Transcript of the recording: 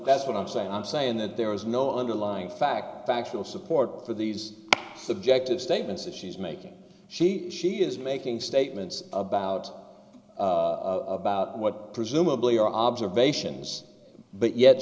that's what i'm saying i'm saying that there is no underlying fact factual support for these subjective statements that she's making she she is making statements about about what presumably are observations but yet